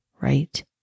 right